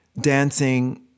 dancing